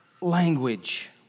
language